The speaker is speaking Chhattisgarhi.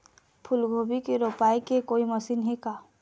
फूलगोभी के रोपाई के कोई मशीन हे का?